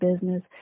business